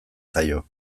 zaio